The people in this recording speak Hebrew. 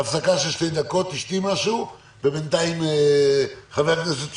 תשתי משהו, ובינתיים חבר הכנסת סופר.